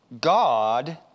God